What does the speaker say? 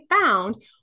found